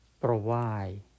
provide